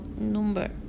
number